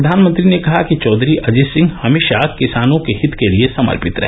प्रधानमंत्री ने कहा कि चौघरी अजीत सिंह हमेशा किसानों के हित के लिए समर्पित रहे